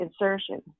insertion